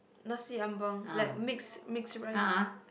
nasi-ambeng like mix mix rice